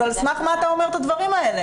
אז על סמך מה אתה אומר את הדברים האלה?